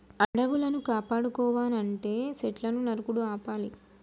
అడవులను కాపాడుకోవనంటే సెట్లును నరుకుడు ఆపాలి